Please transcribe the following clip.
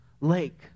lake